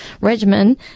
regimen